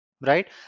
right